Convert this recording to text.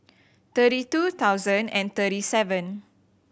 thirty two thousand and thirty seven